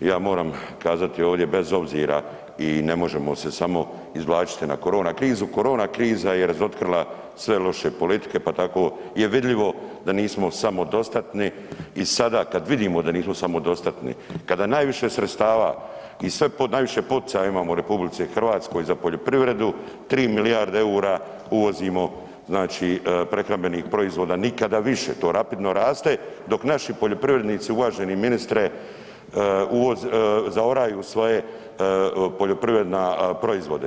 i ja moram kazati ovdje bez obzira i ne možemo se samo izvlačiti na korona krizu, korona kriza je razotkrila sve loše politike pa tako je vidljivo da nismo samodostatni i sada kada vidimo da nismo samodostatni, kada najviše sredstava i sve najviše poticaja imamo u RH za poljoprivredu 3 milijarde EUR-a uvozimo znači prehrambenih proizvoda, nikada više, to rapidno raste, dok naši poljoprivrednici uvaženi ministre zaoraju svoje poljoprivredne proizvode.